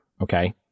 okay